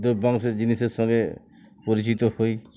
দিয়ে ওই বংশের জিনিসের সঙ্গে পরিচিত হই